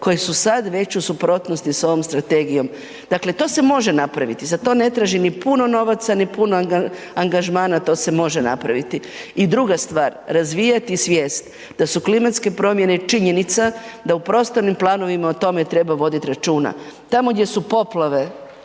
koje su sad već u suprotnosti s ovom Strategijom. Dakle, to se može napraviti, za to ne taži ni puno novaca, ni puno angažmana to se može napraviti. I druga stvar, razvijati svijest da su klimatske promjene činjenica, da u prostornim planovima o tome treba voditi računa. Tamo gdje su poplave